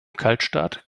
kaltstart